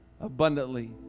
abundantly